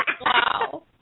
Wow